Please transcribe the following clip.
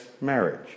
marriage